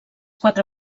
quatre